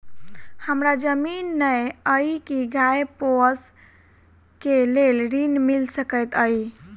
हमरा जमीन नै अई की गाय पोसअ केँ लेल ऋण मिल सकैत अई?